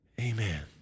Amen